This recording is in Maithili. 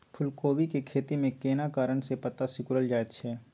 फूलकोबी के खेती में केना कारण से पत्ता सिकुरल जाईत छै?